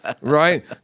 Right